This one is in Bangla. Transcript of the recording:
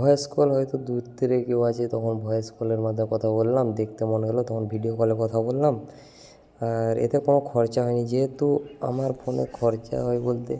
ভয়েস কল হয়তো দূর থেকে কেউ আছে তখন ভয়েস কলের মাধ্যে কথা বললাম দেখতে মনে গেলো তখন ভিডিও কলে কথা বললাম আর এতে কোনো খরচা হয়নি যেহেতু আমার ফোনের খরচা হয় বলতে